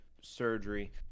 surgery